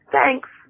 Thanks